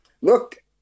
look